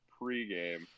pregame